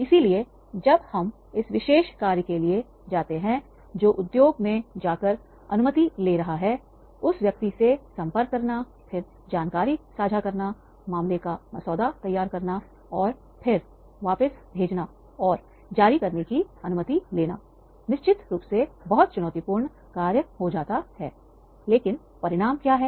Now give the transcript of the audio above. इसलिए जब हम इस विशेष कार्य के लिए जाते हैं जो उद्योग में जाकर अनुमति ले रहा है उस व्यक्ति से संपर्क करना फिर जानकारी साझा करना मामले का मसौदा तैयार करना और फिर वापस भेजना और जारी करने की अनुमति लेना निश्चित रूप से बहुत चुनौतीपूर्ण कार्य हो जाता है लेकिन परिणाम क्या है